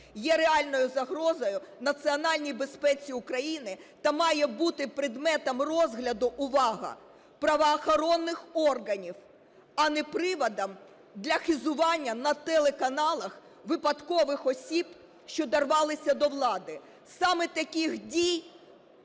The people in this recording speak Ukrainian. "є реальною загрозою національній безпеці України та має бути предметом розгляду – увага! – правоохоронних органів, а не приводом для хизування на телеканалах випадкових осіб, що дорвалися до влади". Саме таких дій